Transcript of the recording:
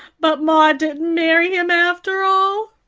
but ma didn't marry him after all.